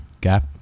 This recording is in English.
gap